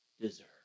deserve